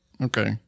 Okay